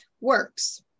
works